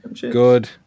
good